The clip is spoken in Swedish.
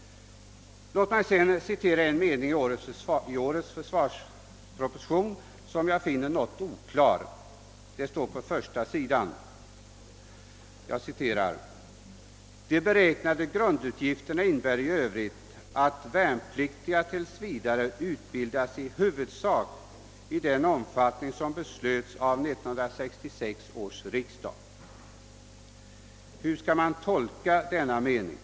Låt mig sedan få citera en mening ur bilaga 6 till årets statsverksproposition, d.v.s.ur försvarshuvudtiteln. Jag finner denna mening något oklar. Där står på första sidan: »De beräknade grundutgifterna innebär i övrigt bl.a. att värnpliktiga t.v. utbildas i huvudsak i den omfattning som beslöts av 1966 års riksdag, RR Hur skall man tolka denna mening?